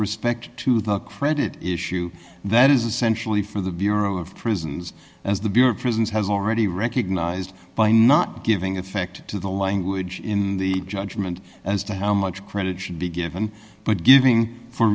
respect to the credit issue that is essentially for the bureau of prisons as the bureau of prisons has already recognized by not giving effect to the language in the judgment as to how much credit should be given but giving for